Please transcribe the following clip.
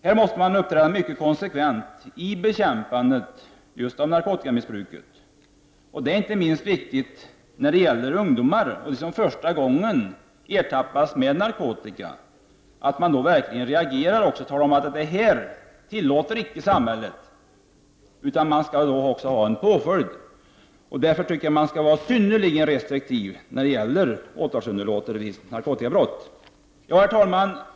Man måste uppträda mycket konsekvent i bekämpandet av narkotikamissbruket. Inte minst är det viktigt att man när det gäller ungdomar som första gången ertappas med narkotika verkligen reagerar och talar om att samhället icke tillåter detta. Det skall därför också finnas en påföljd i fråga om narkotikabrott, och man skall vara synnerligen restriktiv med åtalsunderlåtelser. Herr talman!